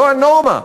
זו הנורמה.